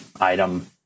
item